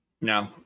No